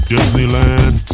Disneyland